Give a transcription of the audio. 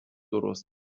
درست